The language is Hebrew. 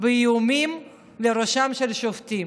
ואיומים לראשי שופטים.